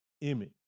image